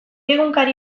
egunkari